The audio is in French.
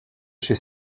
chez